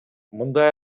мындай